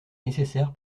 nécessaire